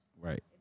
right